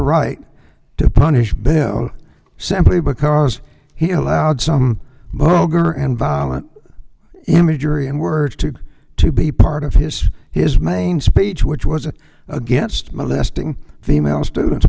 right to punish them simply because he allowed some boger and violent imagery and words to to be part of his his main speech which was against molesting female students